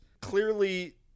Clearly